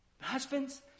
Husbands